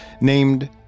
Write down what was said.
named